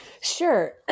Sure